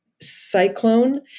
cyclone